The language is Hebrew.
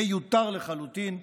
מיותר לחלוטין.